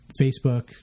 Facebook